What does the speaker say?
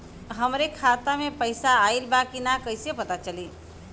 हमरे खाता में पैसा ऑइल बा कि ना कैसे पता चली?